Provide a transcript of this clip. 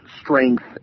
strength